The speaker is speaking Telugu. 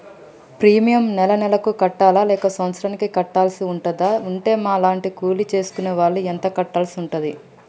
ప్రీమియం నెల నెలకు కట్టాలా లేక సంవత్సరానికి కట్టాల్సి ఉంటదా? ఉంటే మా లాంటి కూలి చేసుకునే వాళ్లు ఎంత కట్టాల్సి ఉంటది?